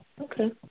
Okay